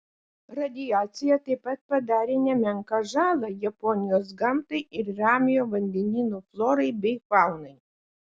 radiacija taip pat padarė nemenką žalą japonijos gamtai ir ramiojo vandenyno florai bei faunai